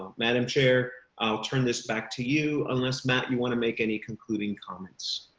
um madam chair, i'll turn this back to you unless matt, you want to make any concluding comments.